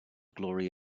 glory